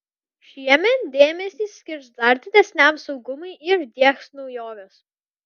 šiemet dėmesį skirs dar didesniam saugumui ir diegs naujoves